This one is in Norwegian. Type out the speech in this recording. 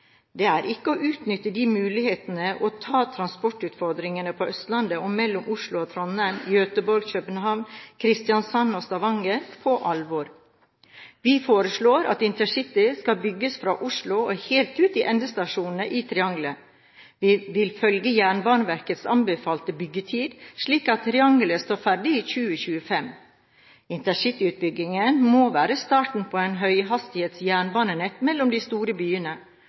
Det er ikke å utnytte mulighetene og ta transportutfordringene på Østlandet og mellom Oslo og Trondheim, Oslo og Göteborg, Oslo og København, Oslo og Kristiansand og Oslo og Stavanger på alvor. Vi foreslår at InterCity skal bygges fra Oslo og helt ut til endestasjonene i triangelet. Vi vil følge Jernbaneverkets anbefalte byggetid, slik at triangelet står ferdig i 2025. InterCity-utbyggingen må være starten på et høyhastighets jernbanenett mellom de store byene